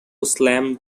slam